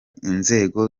inzego